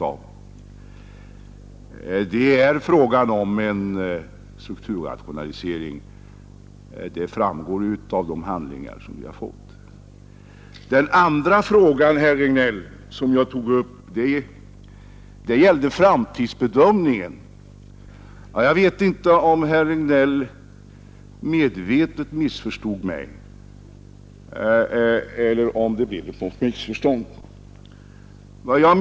Att det är fråga om en strukturrationalisering framgår av de handlingar vi har fått. Den andra fråga som jag tog upp, herr Regnéll, gällde framtidsbedömningen. Jag vet inte om herr Regnéll medvetet missförstod mig.